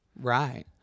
Right